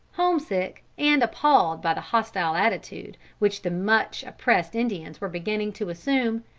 homesick and appalled by the hostile attitude which the much oppressed indians were beginning to assume,